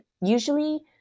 Usually